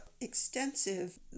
extensive